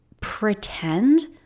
pretend